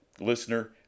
Listener